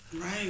right